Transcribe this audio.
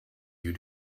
you